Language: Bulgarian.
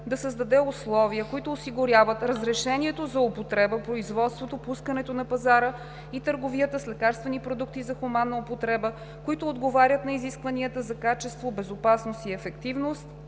да създаде условия, които осигуряват разрешението за употреба, производството, пускането на пазара и търговията с лекарствени продукти за хуманна употреба, които отговарят на изискванията за качество, безопасност и ефективност.“